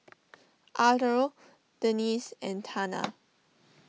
Arlo Denisse and Tana